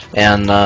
and